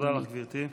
תודה לך, גברתי.